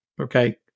Okay